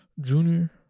junior